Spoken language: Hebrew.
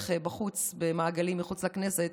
במעגלים מחוץ לכנסת,